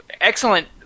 excellent